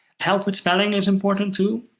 help with spelling is important, too.